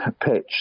pitch